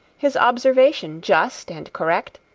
his observation just and correct,